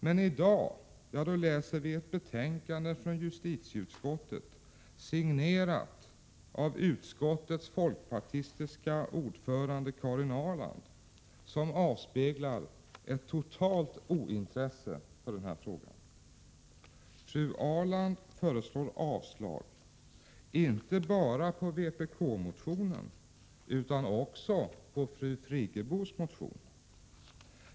Men i dag läser vi ett betänkande från justitieutskottet, signerat av utskottets folkpartistiska ordförande Karin Ahrland, som avspeglar ett totalt ointresse för den här frågan. Fru Ahrland föreslår avslag inte bara på vpk-motionen utan också på fru Friggebos motion.